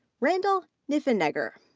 randall niffenegger.